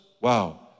wow